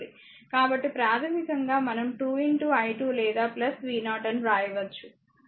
కాబట్టి ప్రాథమికంగా మనం 2 i2 లేదా v0 అని వ్రాయవచ్చు